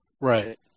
Right